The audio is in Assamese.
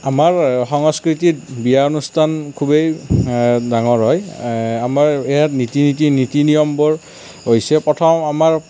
আমাৰ সংস্কৃতিত বিয়াৰ অনুষ্ঠান খুবেই ডাঙৰ হয় আমাৰ ইয়াৰ ৰীতি নীতি নীতি নিয়মবোৰ হৈছে প্ৰথম আমাৰ